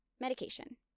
medication